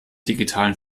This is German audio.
digitalen